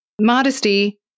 modesty